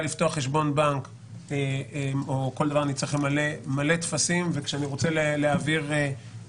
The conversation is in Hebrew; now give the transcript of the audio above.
ממזומן לאמצעי חלופי ומה ההשפעה שלה במע"מ,